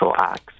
acts